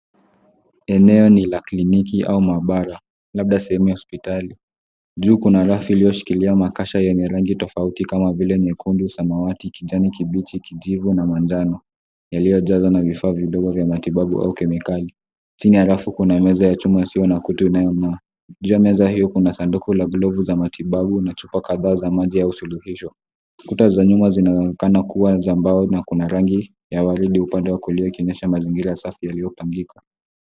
Eneo la kriniki au maabara labda sehemu ya sipitari. Juu kuna rafu iliyoshikilia makasha yenye rangi tofauti kama vile nyekundu, samawati, kijani kibichi, kijivu na manjano iliyojawa na vifaa vidogo vya matibabu au kemikali. Chini ya rafu kuna meza ya chuma isiyo na kutu inayonia. juu ya meza hiyo kuna sanduku ya glovu ya matibabu na chupa kadhaa za maji au zuruhisho. kuta za nyuma zinaonekana kuwa za mbao na kuna rangi ya waridi upande wa kuria ikionyeha mazingira safi yaliyopangia.